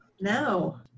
no